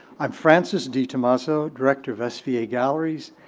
i'm francis ditommaso, director of ah sva galleries,